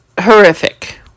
horrific